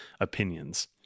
opinions